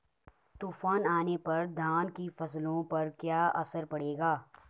तूफान आने पर धान की फसलों पर क्या असर पड़ेगा?